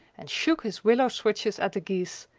and shook his willow switches at the geese,